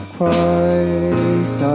Christ